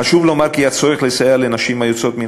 חשוב לומר כי הצורך לסייע לנשים היוצאות מן